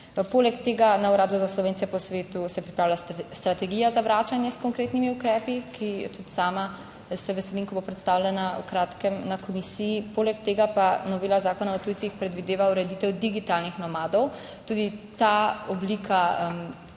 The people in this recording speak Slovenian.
Poleg tega na Uradu za Slovence po svetu se pripravlja strategija za vračanje s konkretnimi ukrepi, in se tudi sama veselim, ko bo predstavljena v kratkem na komisiji. Poleg tega pa novela Zakona o tujcih predvideva ureditev digitalnih nomadov. Tudi ta oblika nekega